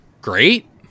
great